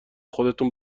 خودتون